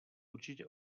určitě